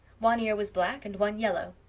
one ear was black and one yellow.